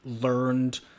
learned